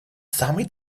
самый